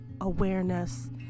awareness